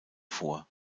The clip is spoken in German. vor